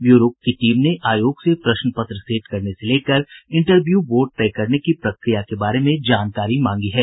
bureau की team ने आयोग से प्रश्न पत्र सेट करने से लेकर इंटरव्यू बोर्ड तय करने की प्रक्रिया के बारे में जानकारी मांगी है